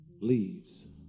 leaves